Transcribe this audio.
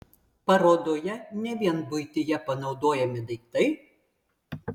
parodoje ne vien buityje panaudojami daiktai